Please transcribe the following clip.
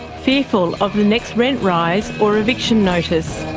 fearful of the next rent rise or eviction notice.